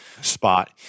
spot